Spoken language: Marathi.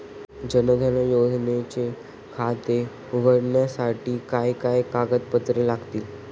जनधन योजनेचे खाते उघडण्यासाठी काय काय कागदपत्रे लागतील?